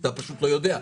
אתה פשוט לא יודע.